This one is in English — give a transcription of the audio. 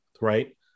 right